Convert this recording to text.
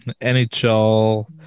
NHL